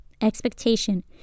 Expectation